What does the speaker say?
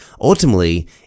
Ultimately